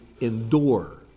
endure